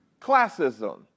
classism